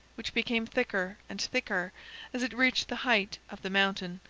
which became thicker and thicker as it reached the height of the mountain,